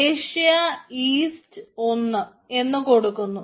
Asia east എന്നു കൊടുക്കുന്നു